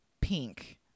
pink